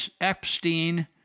Epstein